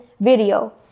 video